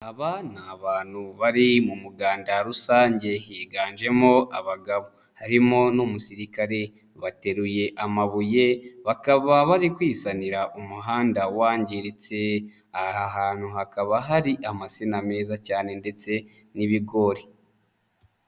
Aba ni abantu bari mu muganda rusange, higanjemo abagabo, harimo n'umusirikare ,bateruye amabuye, bakaba bari kwisanira umuhanda wangiritse ,aha hantu hakaba hari amasina meza cyane ndetse n'ibigori.